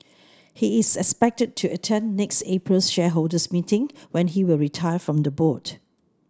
he is expected to attend next April's shareholders meeting when he will retire from the board